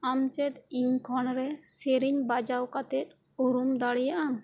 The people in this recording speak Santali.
ᱟᱢ ᱪᱮᱫ ᱤᱧ ᱠᱷᱚᱱ ᱨᱮ ᱥᱮᱨᱮᱧ ᱵᱟᱡᱟᱣ ᱠᱟᱛᱮᱫ ᱩᱨᱩᱢ ᱫᱟᱲᱮᱭᱟᱜ ᱟᱢ